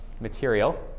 material